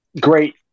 Great